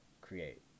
create